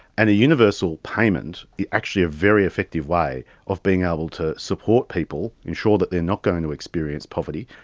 and a universal payment is actually a very effective way of being able to support people, ensure that they are not going to experience poverty,